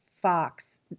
Fox